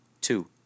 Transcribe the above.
Two